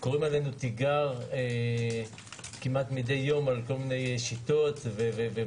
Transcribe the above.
קוראים עלינו תגר כמעט מדי יום על כל מיני שיטות ומצלמות,